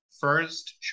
first